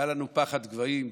היה לנו פחד גבהים,